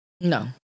No